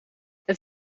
het